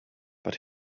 but